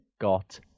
got